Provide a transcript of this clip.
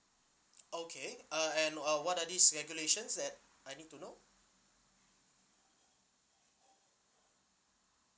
okay uh and uh what are these regulations that I need to know